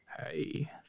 Hey